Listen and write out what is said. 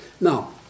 Now